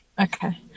Okay